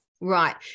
right